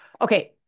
Okay